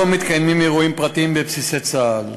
לא מתקיימים אירועים פרטיים בבסיסי צה"ל.